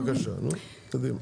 בבקשה, תגידי.